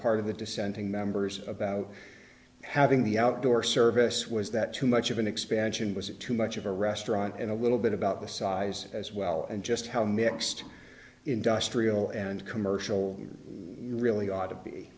part of the dissenting members about having the outdoor service was that too much of an expansion was it too much of a restaurant and a little bit about the size as well and just how mixed industrial and commercial we really ought to